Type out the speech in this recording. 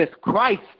Christ